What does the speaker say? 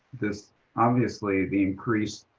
this obviously the increased